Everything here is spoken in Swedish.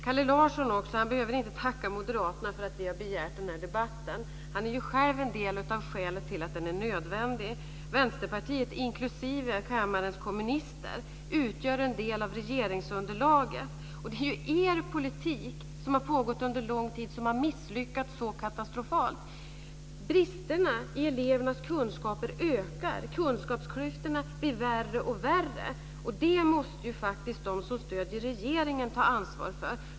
Kalle Larsson behöver inte tacka oss moderater för att vi har begärt den här debatten. Han är ju själv en del av skälet till att den är nödvändig. Vänsterpartiet, inklusive kammarens kommunister, utgör en del av regeringsunderlaget. Det är ju er politik som har pågått under lång tid och som har misslyckats så katastrofalt. Bristerna i elevernas kunskaper ökar. Kunskapsklyftorna blir värre och värre. Det måste ju faktiskt de som stöder regeringen ta ansvar för.